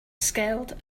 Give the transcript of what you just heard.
scowled